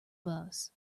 bus